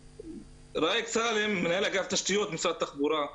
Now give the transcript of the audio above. ראיק סאלם, מנהל אגף תשתיות, משרד התחבורה.